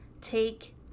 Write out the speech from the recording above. take